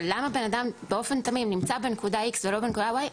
של למה בן אדם באופן תמים נמצא בנקודה X ולא בנקודה Y,